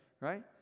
right